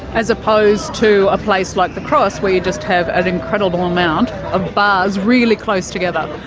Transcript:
as opposed to a place like the cross, where you just have an incredible amount of bars really close together.